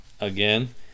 again